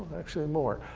actually more.